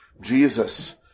Jesus